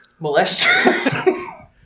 molester